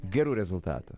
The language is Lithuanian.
gerų rezultatų